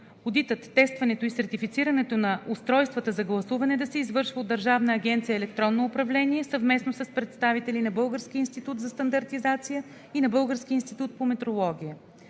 одитът, тестването и сертифицирането на устройствата за гласуване да се извършва от Държавна агенция „Електронно управление“ съвместно с представители на Българския институт за стандартизация и на Българския институт по метрология.